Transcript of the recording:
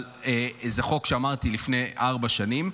אבל זה חוק שאמרתי שהוא מלפני ארבע שנים.